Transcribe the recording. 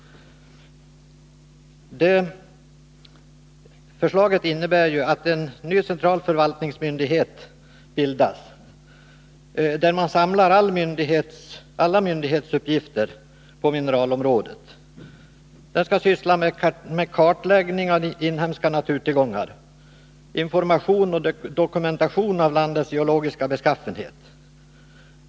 Förslaget innebär ju att en ny central förvaltningsmyndighet bildas, där man samlar alla myndighetsuppgifter på mineralområdet. Denna myndighet skall syssla med kartläggning av inhemska naturtillgångar, information och dokumentation av landets geologiska beskaffenhet.